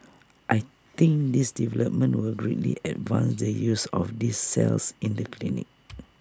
I think this development will greatly advance the use of these cells in the clinic